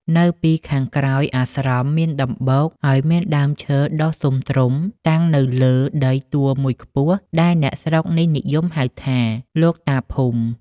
នៅពីខាងក្រោយអាស្រមមានដំបូក ហើយមានដើមឈើដុះស៊ុមទ្រម តាំងនៅលើដីទួលមួយខ្ពស់ ដែលអ្នកស្រុកនេះនិយមហៅថា "លោកតាភូមិ" ។